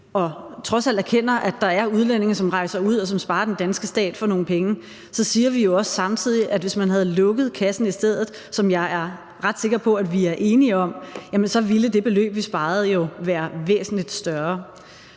og trods alt erkender, at der er udlændinge, som rejser ud og dermed sparer den danske stat for nogle penge, så siger vi jo også samtidig, at hvis man havde lukket kassen i stedet, hvilket jeg er ret sikker på at vi er enige om at man burde gøre, så ville det beløb, vi sparede, jo være væsentlig større.